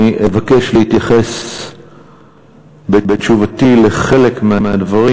אני אבקש להתייחס בתשובתי לחלק מהדברים.